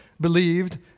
believed